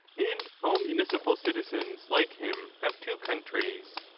and all municipal citizens like him, have two countries,